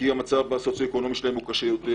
כי המצב הכלכלי שלהם הוא קשה יותר,